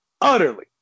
Utterly